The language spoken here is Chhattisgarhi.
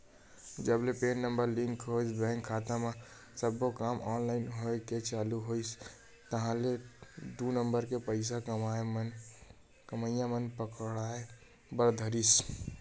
जब ले पेन नंबर लिंक होइस बेंक खाता म सब्बो काम ऑनलाइन होय के चालू होइस ताहले दू नंबर के पइसा कमइया मन पकड़ाय बर धरिस